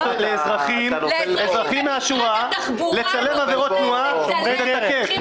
לאזרחים מהשורה לצלם עבירות תנועה ולדווח.